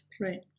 right